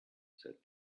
said